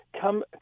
come